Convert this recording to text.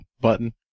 button